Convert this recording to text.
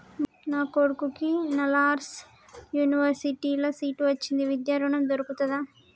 నా కొడుకుకి నల్సార్ యూనివర్సిటీ ల సీట్ వచ్చింది విద్య ఋణం దొర్కుతదా?